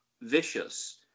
vicious